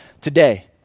today